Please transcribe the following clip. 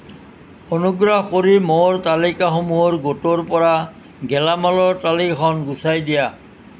অনুগ্ৰহ কৰি মোৰ তালিকাসমূহৰ গোটৰ পৰা গেলামালৰ তালিকাখন গুচাই দিয়া